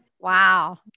wow